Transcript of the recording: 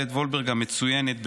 אילת וולברג המצוינת,